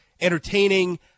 Entertaining